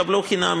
תקבלו חינם.